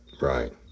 Right